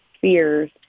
fears